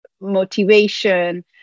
motivation